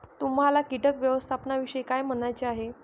तुम्हाला किटक व्यवस्थापनाविषयी काय म्हणायचे आहे?